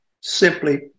simply